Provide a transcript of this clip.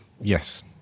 Yes